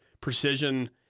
precision